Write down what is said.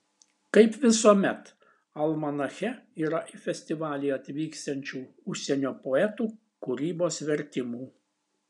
kaip visuomet almanache yra į festivalį atvyksiančių užsienio poetų kūrybos vertimų